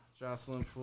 Jocelyn